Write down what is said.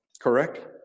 Correct